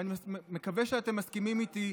ואני מקווה שאתם מסכימים איתי,